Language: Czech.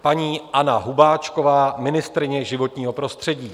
Paní Anna Hubáčková, ministryně životního prostředí.